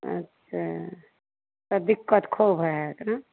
अच्छा तऽ दिक्कत खूब होइत हाएत ने